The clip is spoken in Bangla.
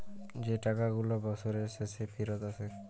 যে টাকা গুলা বসরের শেষে ফিরত আসে